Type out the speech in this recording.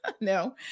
No